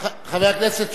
חבר הכנסת שי.